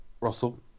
Russell